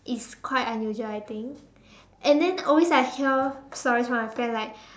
it's quite unusual I think and then always I hear stories from my friend like